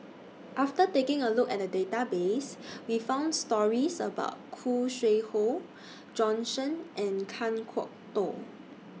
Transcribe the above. after taking A Look At The Database We found stories about Khoo Sui Hoe Bjorn Shen and Kan Kwok Toh